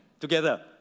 Together